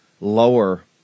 lower